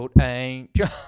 angel